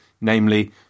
namely